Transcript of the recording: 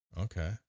Okay